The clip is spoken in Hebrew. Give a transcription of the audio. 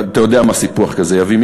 אתה יודע מה סיפוח כזה יביא,